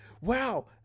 Wow